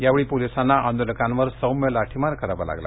यावेळी पोलिसांना आंदोलकांवर सौम्य लाठीमारही करावा लागला